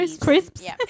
crisps